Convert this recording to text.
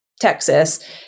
Texas